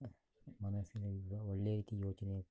ಮನಸ್ಸಿನಲ್ಲಿ ಇರುವ ಒಳ್ಳೆಯ ರೀತಿ ಯೋಚನೆ